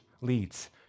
leads